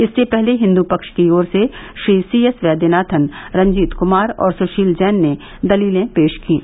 इससे पहले हिन्दू पक्ष की ओर से श्री सी एस वैद्यनाथन रंजीत कुमार और सुशील जैन ने दलीलें पेश कीं